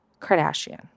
Kardashian